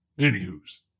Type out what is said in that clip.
Anywho's